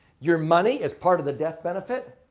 your money is part of the death benefit?